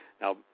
Now